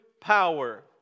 power